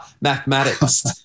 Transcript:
mathematics